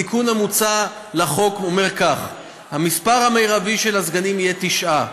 התיקון המוצע לחוק אומר כך: המספר המרבי של הסגנים יהיה תשעה,